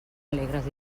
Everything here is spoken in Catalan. alegres